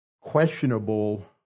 questionable